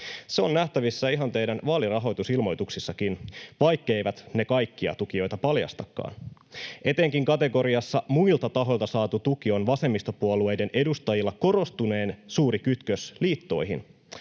Se on nähtävissä ihan teidän vaalirahoitusilmoituksissannekin, vaikkeivät ne kaikkia tukijoita paljastakaan. Etenkin kategoriassa ”muilta tahoilta saatu tuki” on vasemmistopuolueiden edustajilla korostuneen suuri kytkös liittoihin,